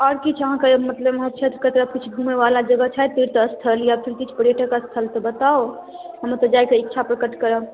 आओर किछु अहाँक मतलब उमहर क्षेत्र कऽ तरफ किछु घुमै बला जगह छै तीर्थस्थल या फेर किछु पर्यटक स्थल तऽ बताउ हमहुँ तऽ जाइ कऽ इच्छा प्रकट करब